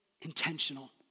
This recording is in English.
intentional